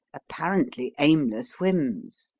apparently aimless whims!